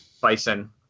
Bison